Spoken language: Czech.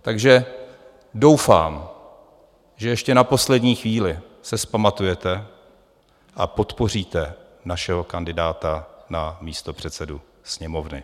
Takže doufám, že ještě na poslední chvíli se vzpamatujete a podpoříte našeho kandidáta na místopředsedu Sněmovny.